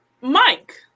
Mike